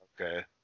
okay